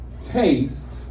taste